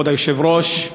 כבוד היושב-ראש,